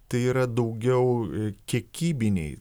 tai yra daugiau kiekybiniai